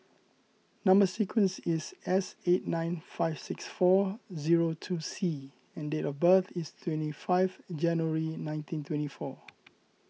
Number Sequence is S eight nine five six four zero two C and date of birth is twenty five January nineteen twenty four